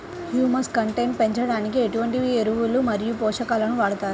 Humus content పెంచడానికి ఎటువంటి ఎరువులు మరియు పోషకాలను వాడతారు?